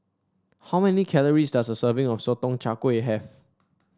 how many calories does a serving of Sotong Char Kway have